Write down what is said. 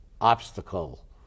obstacle